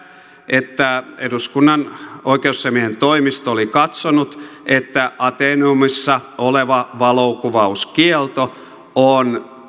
että eduskunnan oikeusasiamiehen toimisto oli katsonut että ateneumissa oleva valokuvauskielto on